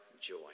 joy